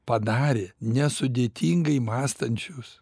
padarė nesudėtingai mąstančius